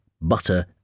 butter